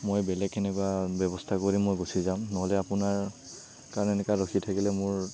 মই বেলেগ কেনেবা ব্যৱস্থা কৰি মই গুচি যাম নহ'লে আপোনাৰ কাৰণে এনেকে ৰখি থাকিলে মোৰ